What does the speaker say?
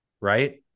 right